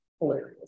hilarious